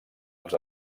als